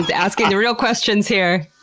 and asking the real questions here!